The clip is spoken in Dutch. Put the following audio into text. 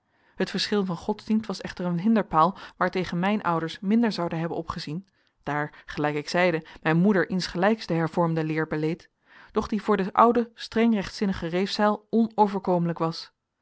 het verschil van godsdienst was echter een hinderpaal waartegen mijn ouders minder zouden hebben opgezien daar gelijk ik zeide mijn moeder insgelijks de hervormde leer beleed doch die voor den ouden streng rechtzinnigen reefzeil onoverkomelijk was